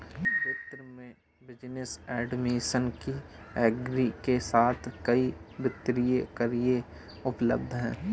वित्त में business administration की डिग्री के साथ कई वित्तीय करियर उपलब्ध हैं